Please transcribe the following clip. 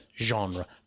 genre